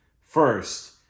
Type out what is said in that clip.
First